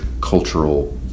cultural